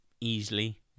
easily